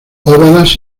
ovadas